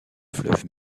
fleuve